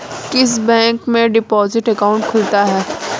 किस बैंक में deposit account खुलता है?